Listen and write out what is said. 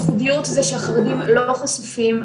הייחודיות זה שחרדים לא חשופים,